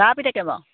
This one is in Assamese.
কাৰ পিতেকে বাৰু